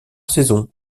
saison